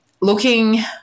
looking